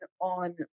on